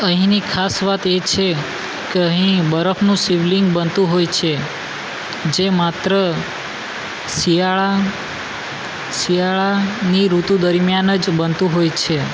અહીંની ખાસ વાત એ છે કે અહીં બરફનું શિવલિંગ બનતું હોય છે જે માત્ર શિયાળા શિયાળાની ઋતુ દરમ્યાન જ બનતું હોય છે